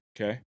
okay